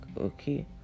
okay